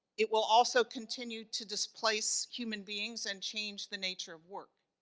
it will also continue to displace human beings and change the nature of work.